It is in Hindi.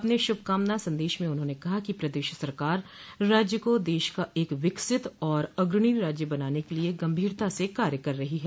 अपने श्रभकामना संदेश में उन्होंने कहा कि प्रदेश सरकार राज्य को देश का एक विकसित और अग्रणी राज्य बनाने के लिये गंभीरता से कार्य कर रही है